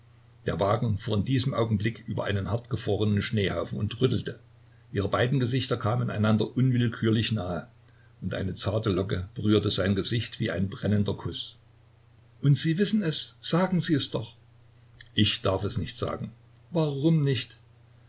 der wagen fuhr in diesem augenblick über einen hartgefrorenen schneehaufen und rüttelte ihre beiden gesichter kamen einander unwillkürlich nahe und eine zarte locke berührte sein gesicht wie ein brennender kuß und sie wissen es sagen sie es doch ich darf es nicht sagen warum nicht